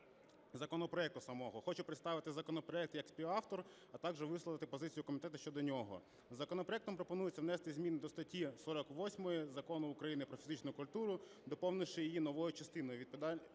законопроекту самого. Хочу представити законопроект як співавтор, а також висловити позицію комітету щодо нього. Законопроектом пропонується внести зміни до статті 48 Закону України про фізичну культуру, доповнивши її новою частиною, відповідно